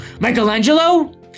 Michelangelo